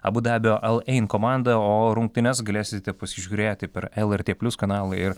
abu dabio al ein komanda o rungtynes galėsite pasižiūrėti per lrt plius kanalą ir